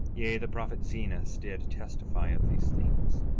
yea, the prophet zenos did testify of these things,